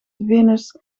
venus